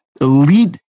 elite